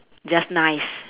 just nice